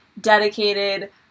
dedicated